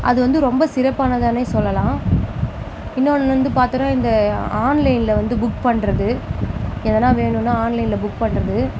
அது வந்து ரொம்ப சிறப்பானதுனே சொல்லலாம் இன்னோன்னு வந்து பார்த்தோம்னா இந்த ஆன்லைன்ல வந்து புக் பண்ணுறது எதனா வேணும்னால் ஆன்லைன்ல புக் பண்ணுறது